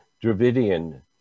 Dravidian